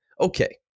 Okay